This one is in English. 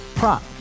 Prop